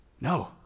No